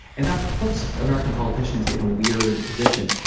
and that puts american politicians in a weird position.